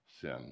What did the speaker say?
sin